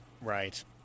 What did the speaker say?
Right